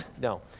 No